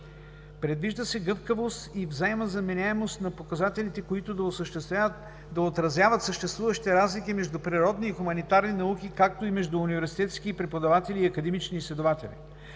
Предвижда се гъвкавост и взаимозаменяемост на показателите, които да отразяват съществуващите разлики между природни и хуманитарни науки, както и между университетски преподаватели и академични изследователи.